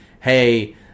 hey